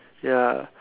ya